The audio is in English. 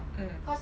mm